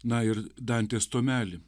na ir dantės tomelį